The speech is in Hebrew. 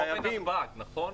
כמו בנתב"ג, נכון?